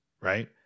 Right